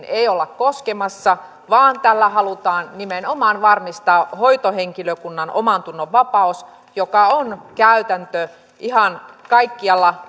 ei olla koskemassa vaan tällä halutaan nimenomaan varmistaa hoitohenkilökunnan omantunnonvapaus joka on käytäntö ihan kaikkialla